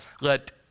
Let